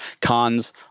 cons